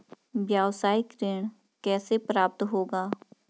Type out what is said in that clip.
व्यावसायिक ऋण कैसे प्राप्त होगा?